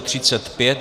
35.